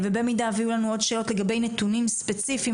ובמידה ויהיו לנו עוד שאלות לגבי נתונים ספציפיים